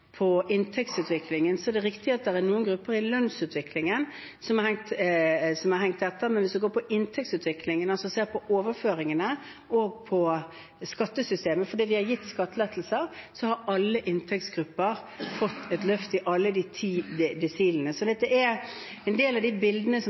inntektsutviklingen, er det riktig at det er noen grupper i lønnsutviklingen som har hengt etter. Men hvis man går på inntektsutviklingen og ser på overføringene og på skattesystemet – for vi har gitt skattelettelser – har alle inntektsgrupper fått løft i alle de ti desilene. Så